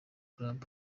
club